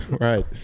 right